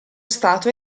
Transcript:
stato